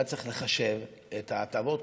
אתה צריך לחשב את ההטבות,